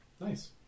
nice